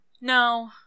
no